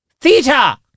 Theta